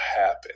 happen